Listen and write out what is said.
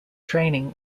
training